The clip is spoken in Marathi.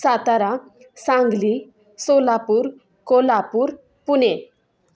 सातारा सांगली सोलापूर कोल्हापूर पुणे